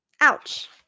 Ouch